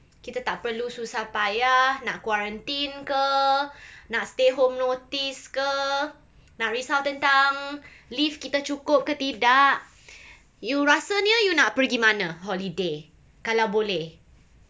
kita tak perlu susah payah nak quarantine ke nak stay home notice ke nak risau tentang leave kita cukup ke tidak you rasanya you nak pergi mana holiday kalau boleh